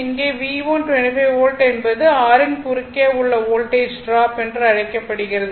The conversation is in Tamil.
இங்கே V1 25 வோல்ட் என்பது R யின் குறுக்கே உள்ள வோல்டேஜ் ட்ராப் என்று அழைக்கப்படுகிறது